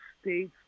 States